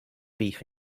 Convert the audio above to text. beef